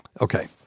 Okay